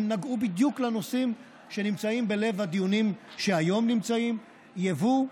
הם נגעו בדיוק לנושאים שנמצאים בלב הדיונים שמתקיימים היום: יבוא,